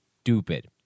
stupid